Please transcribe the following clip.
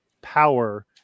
power